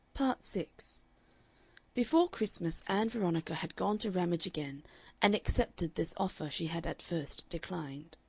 part six before christmas ann veronica had gone to ramage again and accepted this offer she had at first declined.